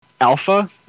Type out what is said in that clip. Alpha